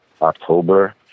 october